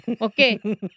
Okay